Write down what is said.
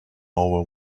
over